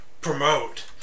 promote